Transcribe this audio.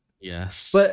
Yes